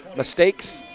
mistakes,